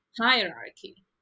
hierarchy